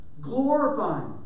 glorifying